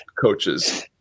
coaches